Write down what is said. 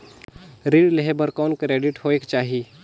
ऋण लेहे बर कौन क्रेडिट होयक चाही?